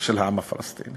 של העם הפלסטיני,